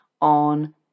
on